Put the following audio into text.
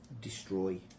destroy